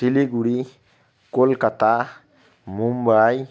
Siliguri Kolkata Mumbai